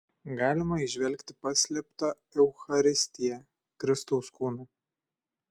galima įžvelgti paslėptą eucharistiją kristaus kūną